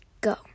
go